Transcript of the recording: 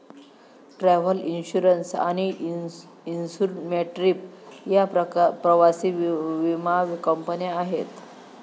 travel insurance आणि InsureMyTrip या प्रवासी विमा कंपन्या आहेत